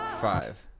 five